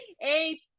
Eight